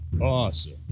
awesome